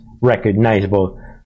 recognizable